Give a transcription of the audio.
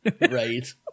Right